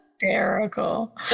Hysterical